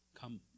Come